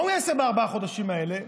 מה הוא יעשה בארבעת החודשים האלה?